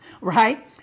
Right